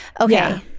Okay